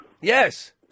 Yes